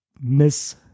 Miss